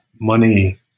money